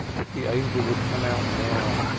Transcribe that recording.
if the angel would come out now!